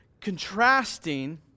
contrasting